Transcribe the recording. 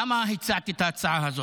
למה הצעתי את ההצעה הזאת?